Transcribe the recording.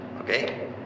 Okay